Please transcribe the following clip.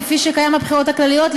כפי שקיים בבחירות הכלליות,